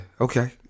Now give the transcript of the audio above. okay